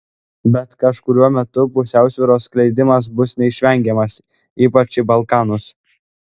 bet kažkuriuo metu pusiausvyros skleidimas bus neišvengiamas ypač į balkanus